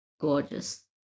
gorgeous